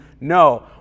no